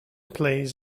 plays